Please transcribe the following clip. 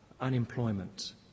unemployment